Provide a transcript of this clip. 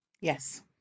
Yes